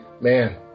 man